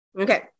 Okay